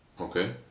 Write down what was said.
Okay